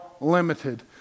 limited